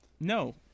No